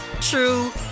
true